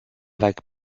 vague